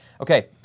Okay